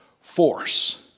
force